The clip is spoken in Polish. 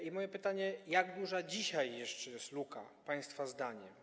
I moje pytanie: Jak duża dzisiaj jeszcze jest luka państwa zdaniem?